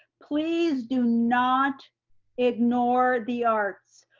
please do not ignore the arts.